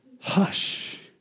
hush